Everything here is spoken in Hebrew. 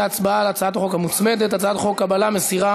הצעת חוק מסירת